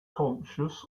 conscious